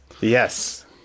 Yes